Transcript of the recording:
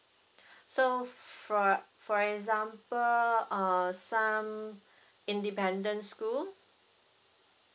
so for for example uh some independent school